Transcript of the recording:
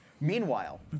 Meanwhile